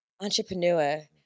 entrepreneur